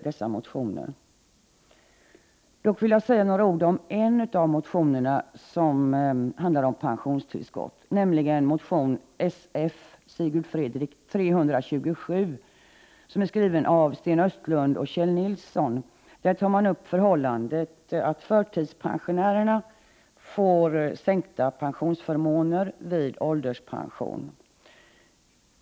Dock vill jag säga några ord om en av motionerna som handlar om pensionstillskott, nämligen motion Sf327, som är skriven av Sten Östlund och Kjell Nilsson. De tar upp förhållandet att förtidspensionärerna får sänkta pensionsförmåner vid ålderspension.